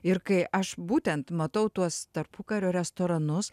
ir kai aš būtent matau tuos tarpukario restoranus